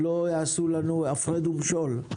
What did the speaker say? שלא יעשו לנו הפרד ומשול.